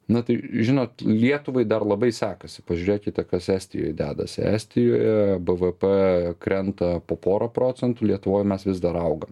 na tai žinot lietuvai dar labai sekasi pažiūrėkite kas estijoj dedasi estijoje bvp krenta po porą procentų lietuvoj mes vis dar augam